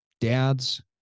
Dads